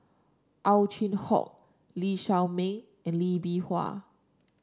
Ow Chin Hock Lee Shao Meng and Lee Bee Wah